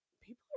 people